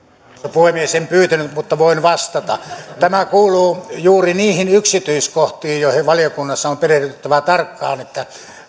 puhemies en pyytänyt mutta voin vastata tämä kuuluu juuri niihin yksityiskohtiin joihin valiokunnassa on perehdyttävä tarkkaan että